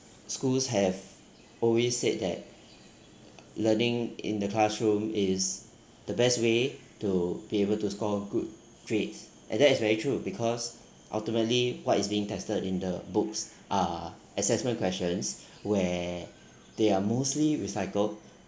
schools have always said that learning in the classroom is the best way to be able to score good grades and that is very true because ultimately what is being tested in the books are assessment questions where they are mostly recycled